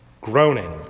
Groaning